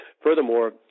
Furthermore